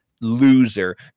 loser